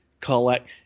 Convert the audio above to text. collect